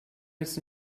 jetzt